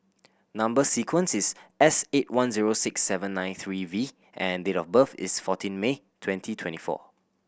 number sequence is S eight one zero six seven nine three V and date of birth is fourteen May twenty twenty four